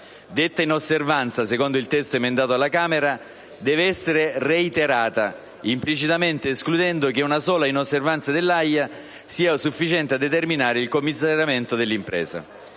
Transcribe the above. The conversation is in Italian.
Detta inosservanza, secondo il testo emendato alla Camera dei deputati, deve essere reiterata, implicitamente escludendo che una sola inosservanza dell'AIA sia sufficiente a determinare il commissariamento dell'impresa.